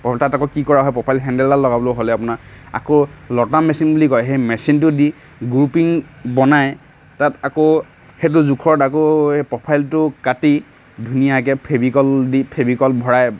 তাত আকৌ কি কৰা হয় প্ৰফাইল হেন্দেলডাল লগাবলৈ হ'লে আপোনাৰ আকৌ লতা মেচিন বুলি কয় সেই মেচিনটোদি গ্ৰোপিং বনাই তাত আকৌ সেইটোৰ জোখত আকৌ সেই প্ৰফাইটো কাটি ধুনীয়াকৈ ফেভিকল দি ফেভিকল ভৰাই